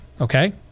okay